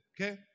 Okay